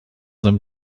them